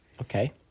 Okay